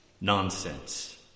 nonsense